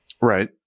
Right